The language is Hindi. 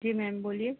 जी मैम बोलिए